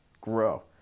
grow